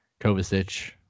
Kovacic